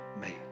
made